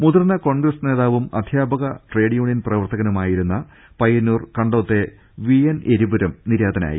മുതിർന്ന കോൺഗ്രസ് നേതാവും അധ്യാപക ട്രേഡ് യൂണിയൻ പ്രവർത്തകനുമായിരുന്ന പയ്യന്നൂർ കണ്ടോത്തെ വി എൻ എരിപുരം നിര്യാതനായി